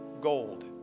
gold